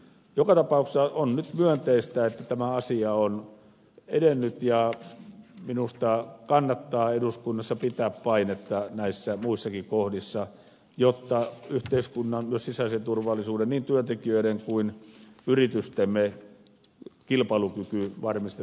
joka tapauksessa on nyt myönteistä että tämä asia on edennyt ja minusta kannattaa eduskunnassa pitää painetta näissä muissakin kohdissa jotta myös yhteiskunnan sisäisellä turvallisuudella varmistetaan niin työntekijöiden kuin yritystemme kilpailukyky jatkossa